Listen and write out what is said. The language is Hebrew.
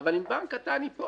אבל אם בנק קטן ייפול,